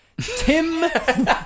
Tim